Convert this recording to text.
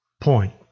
point